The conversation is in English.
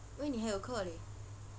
因为你还有课叻